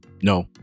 No